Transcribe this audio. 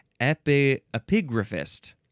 epigraphist